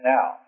Now